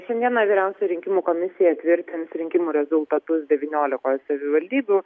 šiandieną vyriausioji rinkimų komisija tvirtins rinkimų rezultatus devyniolikos savivaldybių